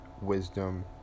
Wisdom